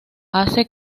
hace